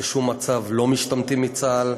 שבשום מצב לא משתמטים מצה"ל.